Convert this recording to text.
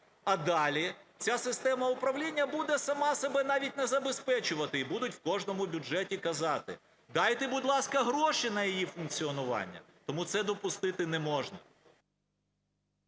а далі ця система управління буде сама себе навіть не забезпечувати і будуть в кожному бюджеті казати: "Дайте, будь ласка, гроші на її функціонування". Тому це допустити не можна.